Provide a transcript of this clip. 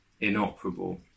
inoperable